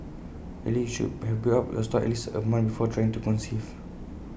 ideally you should have built up your stores at least A month before trying to conceive